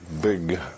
big